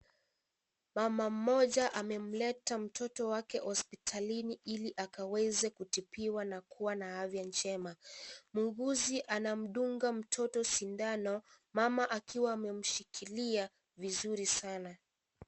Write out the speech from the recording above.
Mama mmoja amemleta mtoto wake hospitalini ili akaweze kutibiwa na kuwa na afya njema . Muuguzi anamdunga mtoto sindano ,mama akiwa amemshikilia vizuri Sana.